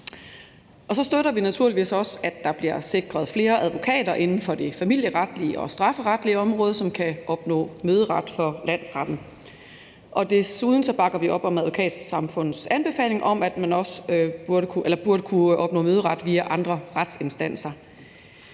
Så støtter vi naturligvis også, at der bliver sikret flere advokater inden for det familieretlige og strafferetlige område, som kan opnå møderet for landsretten. Desuden bakker vi op om Advokatsamfundets anbefaling om, at man også burde kunne opnå møderet via andre retsinstanser.